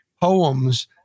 poems